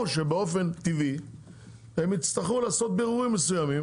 שבאופן טבעי הם יצטרכו לעשות בירורים מסוימים,